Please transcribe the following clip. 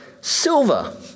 silver